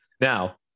now